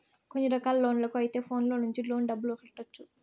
కొన్ని రకాల లోన్లకు అయితే ఫోన్లో నుంచి లోన్ డబ్బులు కట్టొచ్చు